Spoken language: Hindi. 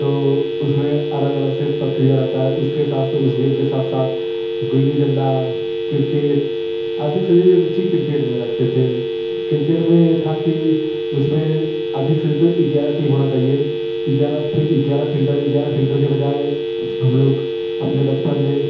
तो उसमें अलग अलग से प्रक्रिया रहती है उसके साथ में उस गेम के साथ साथ गुल्ली डंडा किर्केट अधिक से अधिक रुची किर्केट में रखते थे किर्केट में ये था कि उसमें अधिक से तो ग्यारह टीम होना चाहिए ग्यारह फिर ग्यारह फील्डर ग्यारह फिल्टर के वजाय हम लोग अपने बचपन में